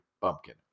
bumpkin